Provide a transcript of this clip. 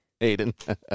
Aiden